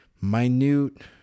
minute